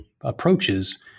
approaches